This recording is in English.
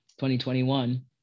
2021